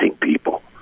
people